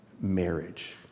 marriage